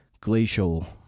glacial